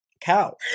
cow